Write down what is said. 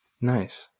Nice